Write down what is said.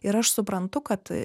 ir aš suprantu kad